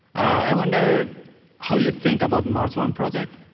i wonder how you think about mars one project,